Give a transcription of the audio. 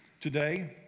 Today